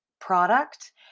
product